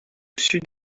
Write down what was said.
sud